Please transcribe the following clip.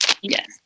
Yes